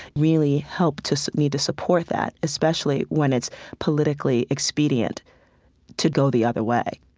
really helped to need to support that, especially when it's politically expedient to go the other way